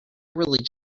really